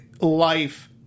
life